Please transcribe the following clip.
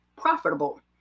profitable